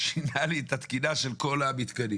שינה לי את התקינה של כל המתקנים.